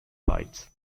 bites